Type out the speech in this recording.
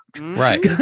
Right